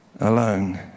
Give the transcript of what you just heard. alone